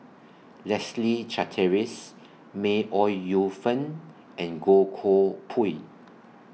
Leslie Charteris May Ooi Yu Fen and Goh Koh Pui